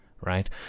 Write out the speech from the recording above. right